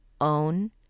own